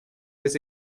this